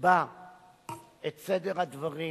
תקבע את סדר הדברים,